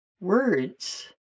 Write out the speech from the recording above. Words